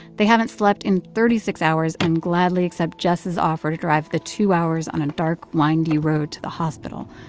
they haven't slept in thirty six hours and gladly accept jess' offer to drive the two hours on a dark, windy road to the hospital.